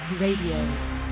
radio